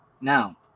Now